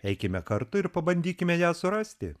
eikime kartu ir pabandykime ją surasti